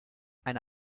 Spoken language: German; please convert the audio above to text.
eine